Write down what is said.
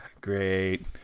Great